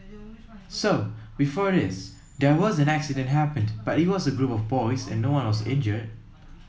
so before this there was an accident happened but it was a group of boys and no one was injured